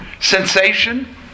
Sensation